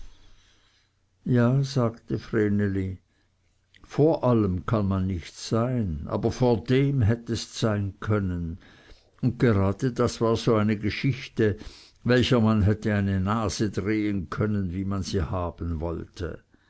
ja sagte vreneli vor allem kann man nicht sein aber vor dem hättest sein können und gerade das war so eine geschichte welcher man hätte eine nase drehen können wie man sie haben wollte